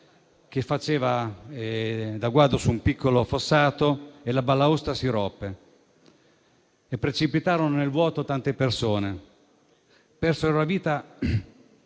che faceva da guado su un piccolo fossato. La balaustra si ruppe e precipitarono nel vuoto tante persone. Persero la vita